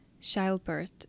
childbirth